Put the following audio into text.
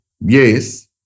Yes